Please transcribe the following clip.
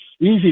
easy